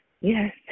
yes